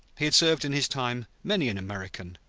he had served in his time many an american,